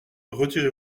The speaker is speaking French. retirez